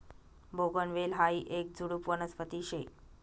बोगनवेल हायी येक झुडुप वनस्पती शे